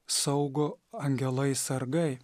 saugo angelai sargai